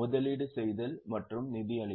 முதலீடு செய்தல் மற்றும் நிதியளித்தல்